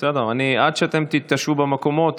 עד שאתן תתיישבו במקומות,